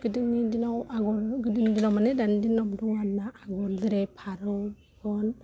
गोदोनि दिनाव आगर गोदोनि दिनाव माने दानि दिनावबो दं आरोना जेरै फारौ मेगन